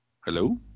Hello